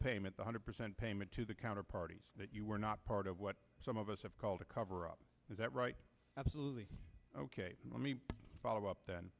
payment one hundred percent payment to the counter parties that you were not part of what some of us have called a cover up is that right absolutely ok let me follow up then